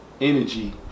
energy